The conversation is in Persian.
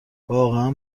واقعا